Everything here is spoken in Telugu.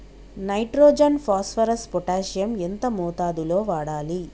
నైట్రోజన్ ఫాస్ఫరస్ పొటాషియం ఎంత మోతాదు లో వాడాలి?